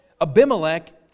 Abimelech